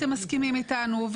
אתם מסכימים איתנו?